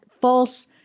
false